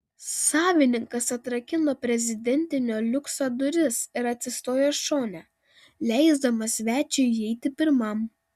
savininkas atrakino prezidentinio liukso duris ir atsistojo šone leisdamas svečiui įeiti pirmam